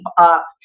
up